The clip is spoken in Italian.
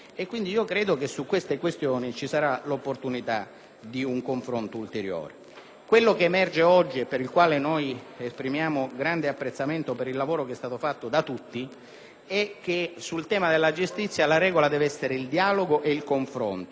Ciò che emerge oggi e per il quale esprimiamo grande apprezzamento per il lavoro fatto da tutti è che sul tema della giustizia la regola deve essere il dialogo e il confronto, con giudizio e senza pregiudizio. Proprio per queste ragioni